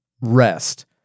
rest